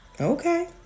Okay